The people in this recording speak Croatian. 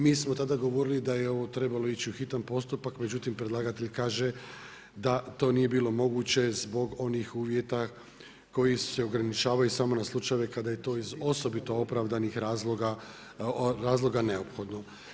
Mi smo tada govorili da je ovo trebalo ići u hitan postupak, međutim predlagatelj kaže da to nije bilo moguće zbog onih uvjeta koji se ograničavaju samo na slučajeve kada je to iz osobito opravdanih razloga neophodno.